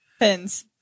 Depends